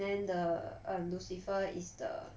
then the err lucifer is the